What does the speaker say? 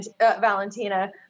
Valentina